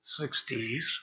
60s